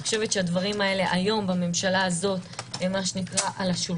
אני חושבת שהדברים האלה היום בממשלה הזאת הם על השולחן,